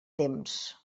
temps